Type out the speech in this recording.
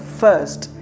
first